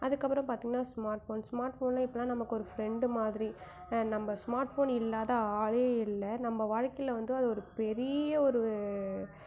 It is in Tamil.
அதுக்கப்றம் பார்த்திங்கன்னா ஸ்மார்ட் ஃபோன் ஸ்மார்ட் ஃபோன்லாம் இப்போல்லாம் நமக்கு ஒரு ஃப்ரெண்டு மாதிரி நம்ம ஸ்மார்ட் ஃபோன் இல்லாத ஆளே இல்லை நம்ம வாழ்க்கையில் வந்து அது ஒரு பெரிய ஒரு